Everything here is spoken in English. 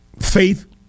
Faith